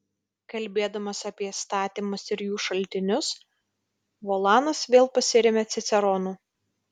kalbėdamas apie įstatymus ir jų šaltinius volanas vėl pasiremia ciceronu